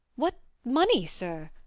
what money, sir?